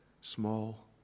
small